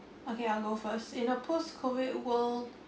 okay I'll go first in a post COVID world